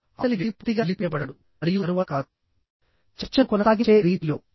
అవతలి వ్యక్తి పూర్తిగా నిలిపివేయబడతాడు మరియు తరువాత కాదు చర్చను కొనసాగించే రీతిలో